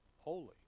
Holy